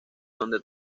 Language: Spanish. donde